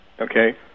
Okay